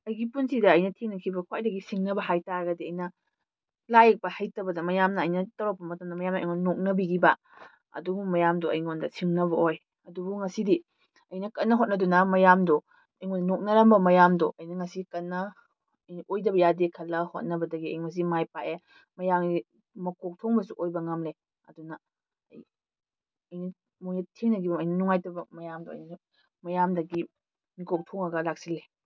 ꯑꯩꯒꯤ ꯄꯨꯟꯁꯤꯗ ꯑꯩꯅ ꯊꯦꯡꯅꯈꯤꯕ ꯈ꯭ꯋꯥꯏꯗꯒꯤ ꯁꯤꯡꯅꯕ ꯍꯥꯏ ꯇꯥꯔꯒꯗꯤ ꯑꯩꯅ ꯂꯥꯏ ꯌꯦꯛꯄ ꯍꯩꯇꯕꯗ ꯃꯌꯥꯝꯅ ꯑꯩꯅ ꯇꯧꯔꯛꯄ ꯃꯇꯝꯗ ꯃꯌꯥꯝꯅ ꯑꯩꯉꯣꯟ ꯅꯣꯛꯅꯕꯤꯈꯤꯕ ꯑꯗꯨꯒꯨꯝꯕ ꯃꯌꯥꯝꯗꯣ ꯑꯩꯉꯣꯟꯗ ꯁꯤꯡꯅꯕ ꯑꯣꯏ ꯑꯗꯨꯕꯨ ꯉꯁꯤꯗꯤ ꯑꯩꯅ ꯀꯟꯅ ꯍꯣꯠꯅꯗꯨꯅ ꯃꯌꯥꯝꯗꯨ ꯑꯩꯉꯣꯟꯗ ꯅꯣꯛꯅꯔꯝꯕ ꯃꯌꯥꯝꯗꯨ ꯑꯩꯅ ꯉꯁꯤ ꯀꯟꯅ ꯃꯤ ꯑꯣꯏꯗꯕ ꯌꯥꯗꯦ ꯈꯜꯂ ꯍꯣꯠꯅꯕꯗꯒꯤ ꯑꯩ ꯉꯁꯤ ꯃꯥꯏ ꯄꯥꯛꯑꯦ ꯃꯌꯥꯝꯒꯤ ꯃꯀꯣꯛ ꯊꯣꯡꯕꯁꯨ ꯑꯣꯏꯕ ꯉꯝꯂꯦ ꯑꯗꯨꯅ ꯑꯩ ꯑꯩꯅ ꯊꯦꯡꯅꯈꯤꯕ ꯑꯩꯅ ꯅꯨꯡꯉꯥꯏꯇꯕ ꯃꯌꯥꯝꯗꯣ ꯑꯩꯅ ꯃꯌꯥꯝꯗꯒꯤ ꯃꯤꯀꯣꯛ ꯊꯣꯡꯉꯒ ꯂꯥꯛꯁꯤꯜꯂꯤ